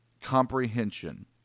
comprehension